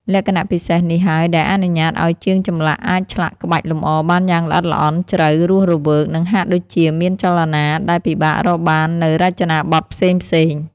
លក្ខណៈពិសេសនេះហើយដែលអនុញ្ញាតឱ្យជាងចម្លាក់អាចឆ្លាក់ក្បាច់លម្អបានយ៉ាងល្អិតល្អន់ ជ្រៅ រស់រវើក និងហាក់ដូចជាមានចលនា ដែលពិបាករកបាននៅរចនាបថផ្សេង។